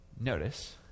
Notice